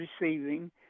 receiving